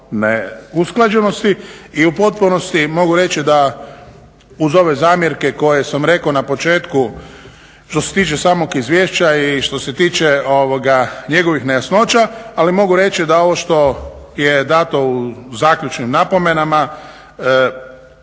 u potpunosti mogu reći da uz ove zamjerke koje sam rekao na početku što se tiče samog izvješća i što se tiče njegovih nejasnoća, ali mogu reći da ovo što je dato u zaključnim napomenama